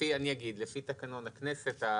לפי תקנון הכנסת,